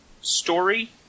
story